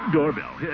Doorbell